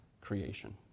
creation